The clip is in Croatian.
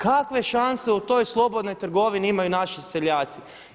Kakve šanse u toj slobodnoj trgovini imaju naši seljaci?